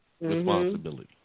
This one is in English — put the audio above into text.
responsibility